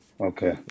Okay